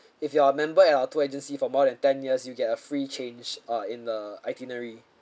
if you are a member at our tour agency for more than ten years you'll get a free change uh in the itinerary